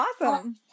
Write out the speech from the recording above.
Awesome